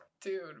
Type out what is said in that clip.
Dude